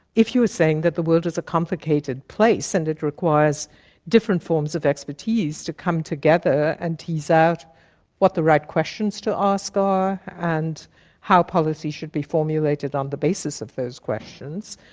if you were saying that the world is a complicated place and it requires different forms of expertise to come together and tease out what the right questions to ask are and how policy should be formulated on the basis of those questions,